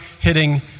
hitting